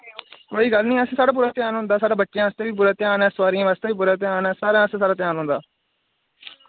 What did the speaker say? कोई गल्ल नि अस साढ़ा पूरा ध्यान होंदा साढ़ा बच्चें आस्तै बी पूरा ध्यान ऐ सोआरियें आस्तै बी पूरा ध्यान ऐ सारें आस्तै साढ़ा ध्यान होंदा